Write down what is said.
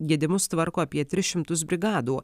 gedimus tvarko apie tris šimtus brigadų